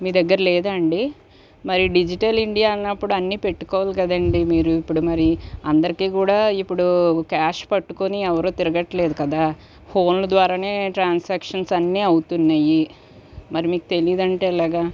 మీ దగ్గర లేదా అండి మరి డిజిటల్ ఇండియా అన్నప్పుడు అన్ని పెట్టుకోవాలి కదండీ మీరు ఇప్పుడు మరి అందరికీ కూడా ఇప్పుడు క్యాష్ పట్టుకుని ఎవరు తిరగట్లేదు కదా ఫోన్లు ద్వారానే ట్రాన్సాక్షన్స్ అన్ని అవుతున్నాయి మరి మీకు తెలియదంటే ఎలాగా